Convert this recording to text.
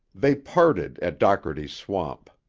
they parted at dockerty's swamp.